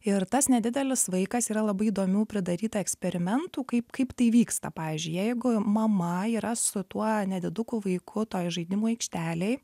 ir tas nedidelis vaikas yra labai įdomių pridaryta eksperimentų kaip kaip tai vyksta pavyzdžiui jeigu mama yra su tuo nediduku vaiku toj žaidimų aikštelėj